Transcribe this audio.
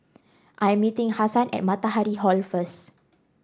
I am meeting Hasan at Matahari Hall first